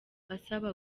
asaba